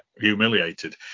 humiliated